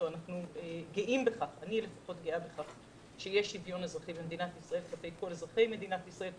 ואני גאה בכך שיש שוויון אזרחי במדינת ישראל כלפי כל אזרחי מדינת ישראל.